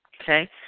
Okay